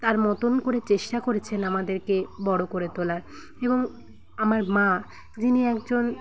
তার মতন করে চেষ্টা করেছেন আমাদেরকে বড়ো করে তোলার এবং আমার মা যিনি একজন